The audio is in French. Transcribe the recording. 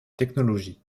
technologies